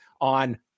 on